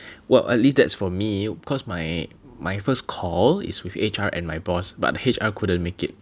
well at least that's for me because my my first call is with H_R and my boss but H_R couldn't make it